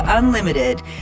Unlimited